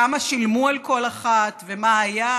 כמה שילמו על כל אחת, ומה היה,